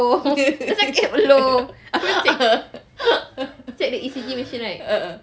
a'ah